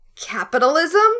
capitalism